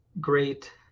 great